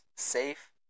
safe